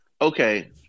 okay